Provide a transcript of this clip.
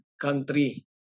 country